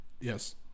yes